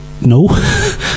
no